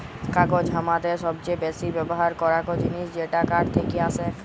কাগজ হামাদের সবচে বেসি ব্যবহার করাক জিনিস যেটা কাঠ থেক্কে আসেক